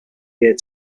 year